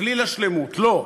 כליל השלמות, לא.